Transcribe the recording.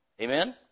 Amen